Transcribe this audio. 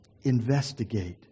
Investigate